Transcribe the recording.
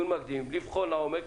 לבחון לעומק,